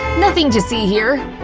nothing to see here!